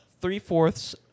three-fourths